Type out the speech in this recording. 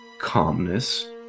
calmness